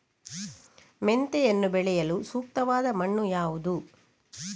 ಮೆಂತೆಯನ್ನು ಬೆಳೆಯಲು ಸೂಕ್ತವಾದ ಮಣ್ಣು ಯಾವುದು?